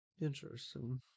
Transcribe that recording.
Interesting